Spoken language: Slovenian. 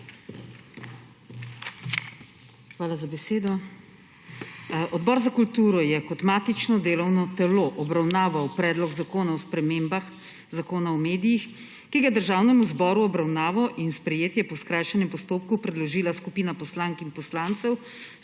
Hvala za besedo. Odbor za kulturo je kot matično delovno telo obravnaval Predlog zakona o spremembah Zakona o medijih, ki ga je Državnemu zboru v obravnavo in sprejetje po skrajšanem postopku predložila skupina poslank in poslancev